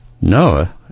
Noah